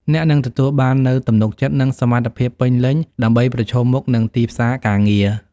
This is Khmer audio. អ្នកនឹងទទួលបាននូវទំនុកចិត្ត និងសមត្ថភាពពេញលេញដើម្បីប្រឈមមុខនឹងទីផ្សារការងារ។